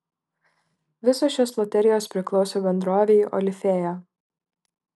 visos šios loterijos priklauso bendrovei olifėja